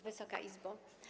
Wysoka Izbo!